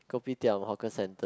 Kopitiam Hawker Centre